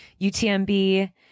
utmb